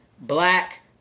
black